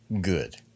good